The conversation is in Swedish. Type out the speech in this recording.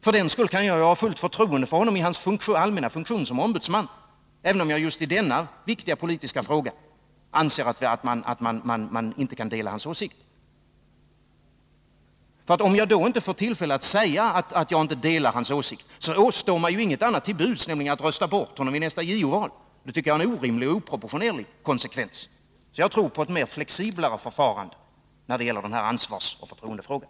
För den skull kan jag ha fullt förtroende för honom i hans allmänna funktion som ombudsman, även om jag i just denna viktiga politiska fråga inte kan dela hans åsikt. Men om jag inte får tillfälle att säga att jag inte delar hans åsikt, står mig intet annat till buds än att rösta bort honom i nästa JO-val. Det är en orimlig och oproportionerlig konsekvens. Jag tror på ett mer flexibelt förfarande när det gäller ansvarsoch förtroendefrågan.